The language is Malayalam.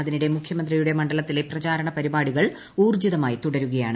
അതിനിടെ മുഖൃമന്ത്രിയുടെ മണ്ഡലത്തിലെ പ്രചാരണ പരിപാടികൾ ഉൌർജ്ജിതമായി തുടരുകയാണ്